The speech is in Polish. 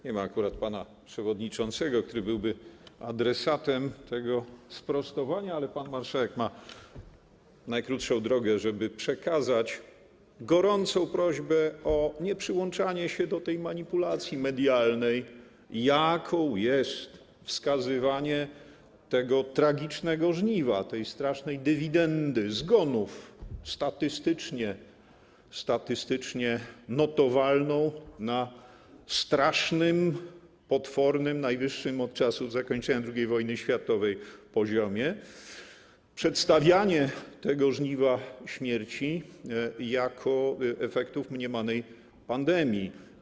Nie ma akurat pana przewodniczącego, który byłby adresatem tego sprostowania, ale pan marszałek ma najkrótszą drogę, żeby przekazać gorącą prośbę o nieprzyłączanie się do tej manipulacji medialnej, jaką jest wskazywanie tego tragicznego żniwa, tej strasznej dywidendy zgonów, statystycznie notowanej na strasznym, potwornym, najwyższym od czasu zakończenia II wojny światowej poziomie, przedstawianie tego żniwa śmierci jako efektów mniemanej pandemii.